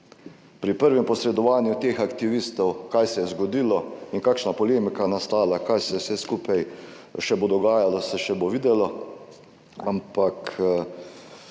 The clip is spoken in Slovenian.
pri prvem posredovanju teh aktivistov kaj se je zgodilo in kakšna polemika nastala, kaj vse skupaj se bo še dogajalo se še bo videlo, ampak